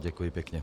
Děkuji pěkně.